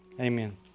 Amen